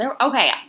Okay